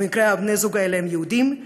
במקרה שבני הזוג האלה הם יהודים,